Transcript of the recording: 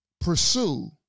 Pursue